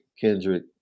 Kendrick